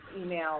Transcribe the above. email